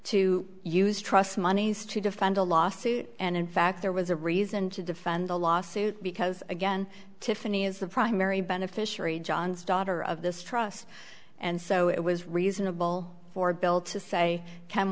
to use trust monies to defend a lawsuit and in fact there was a reason to defend the lawsuit because again tiffany is the primary beneficiary john's daughter of this trust and so it was reasonable for bill to say can